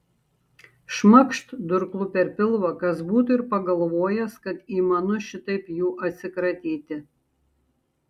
šmakšt durklu per pilvą kas būtų ir pagalvojęs kad įmanu šitaip jų atsikratyti